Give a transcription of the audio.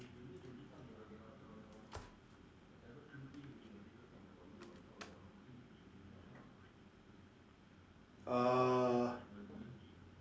err